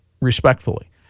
respectfully